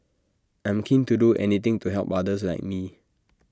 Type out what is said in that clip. I'm keen to do anything to help others like me